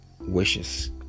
wishes